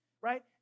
right